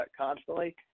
constantly